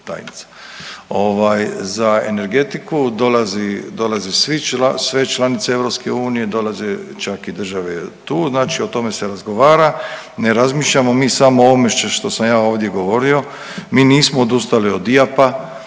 dolazi, dolaze svi čla…, sve članice EU, dolaze čak i države tu, znači o tome se razgovara, ne razmišljamo mi samo o ovome što sam ja ovdje govorio. Mi nismo odustali od DIJAP-a,